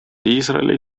iisraeli